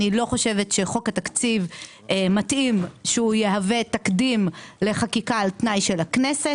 ואני לא חושבת שמתאים שחוק התקציב יהווה תקדים לחקיקה על תנאי של הכנסת,